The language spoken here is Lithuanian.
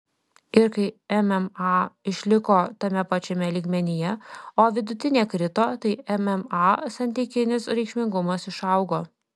ir kai mma išliko tame pačiame lygmenyje o vidutinė krito tai mma santykinis reikšmingumas išaugo